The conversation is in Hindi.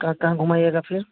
कहाँ कहाँ घुमाइएगा फिर